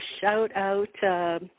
shout-out